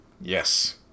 yes